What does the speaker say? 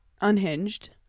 unhinged